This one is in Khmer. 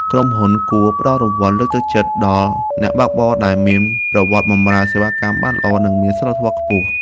ក្រុមហ៊ុនគួរផ្ដល់រង្វាន់លើកទឹកចិត្តដល់អ្នកបើកបរដែលមានប្រវត្តិបម្រើសេវាកម្មបានល្អនិងមានសីលធម៌ខ្ពស់។